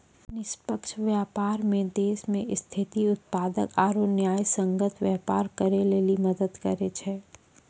निष्पक्ष व्यापार मे देश मे स्थायी उत्पादक आरू न्यायसंगत व्यापार करै लेली मदद करै छै